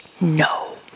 no